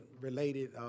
related